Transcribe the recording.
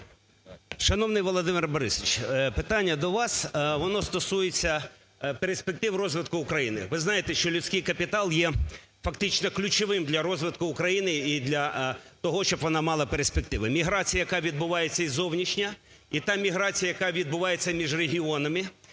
Шановний Володимире Борисовичу, питання до вас. Воно стосується перспектив розвитку України. Ви знаєте, що людський капітал є фактично ключовим для розвитку України і для того, щоб вона мала перспективи. Міграція, яка відбувається, і зовнішня, і та міграція, яка відбувається між регіонами,